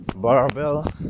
barbell